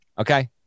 Okay